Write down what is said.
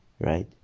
Right